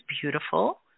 beautiful